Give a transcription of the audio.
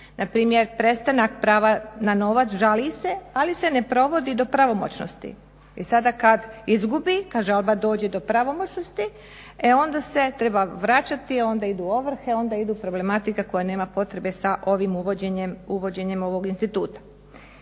Npr., prestanak prava na novac, žali se, ali se ne provodi do pravomoćnosti. I sada kad izgubi, kad žalba dođe do pravomoćnosti, e onda se treba vraćati, onda idu ovrhe, onda idu problematika koja nema potrebe sa ovim uvođenjem, uvođenjem ovog instituta.